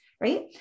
right